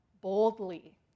boldly